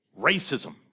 Racism